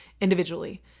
individually